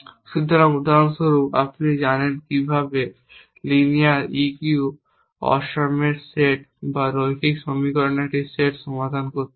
সুতরাং উদাহরণস্বরূপ আপনি জানেন কিভাবে লিনিয়ার e Q অসাম্যের সেট বা রৈখিক সমীকরণের একটি সেট সমাধান করতে হয়